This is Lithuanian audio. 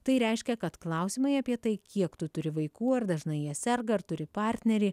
tai reiškia kad klausimai apie tai kiek tu turi vaikų ar dažnai jie serga ar turi partnerį